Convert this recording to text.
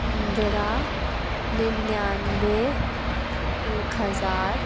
पन्द्रह निन्यानवे एक हज़ार